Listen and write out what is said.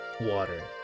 ...water